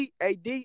AD